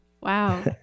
Wow